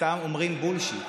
סתם אומרים בולשיט.